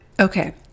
Okay